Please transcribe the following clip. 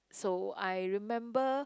so I remember